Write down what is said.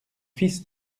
fils